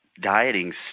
dieting